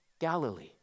Galilee